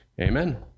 Amen